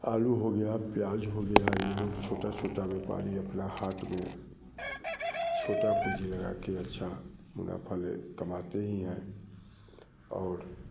आलू हो गया प्याज हो गया ये लोग छोटा छोटा व्यापारी अपने हाट में छोटा भुर्जी लगाकर अच्छा मुनाफा ले कमाते ही हैं और